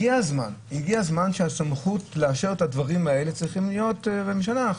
הגיע הזמן שהסמכות לאשר את הדברים האלה צריכה להיות בממשלה.